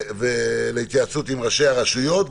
להתייעצות עם ראשי הרשויות,